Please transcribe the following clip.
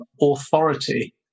authority